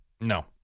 No